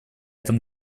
этом